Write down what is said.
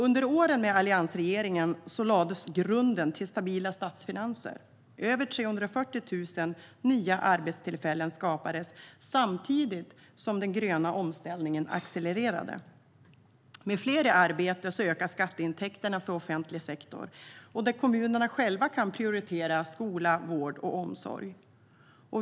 Under åren med alliansregeringen lades grunden till stabila statsfinanser. Över 340 000 nya arbetstillfällen skapades, samtidigt som den gröna omställningen accelererade. Med fler i arbete ökar skatteintäkterna för offentlig sektor, där kommunerna själva kan prioritera skola, vård och omsorg.